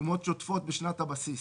""תשומות שוטפות בשנת הבסיס"